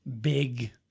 big